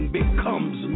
becomes